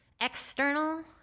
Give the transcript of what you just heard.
external